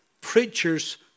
preachers